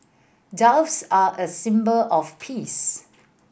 doves are a symbol of peace